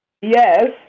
Yes